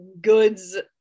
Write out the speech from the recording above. goods